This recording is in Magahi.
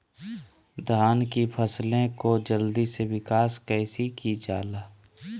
धान की फसलें को जल्दी से विकास कैसी कि जाला?